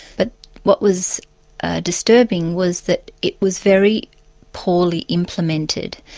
but what was disturbing was that it was very poorly implemented.